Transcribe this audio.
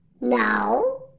No